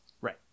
Right